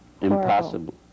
impossible